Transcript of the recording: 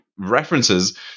references